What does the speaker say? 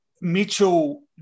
Mitchell